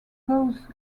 cause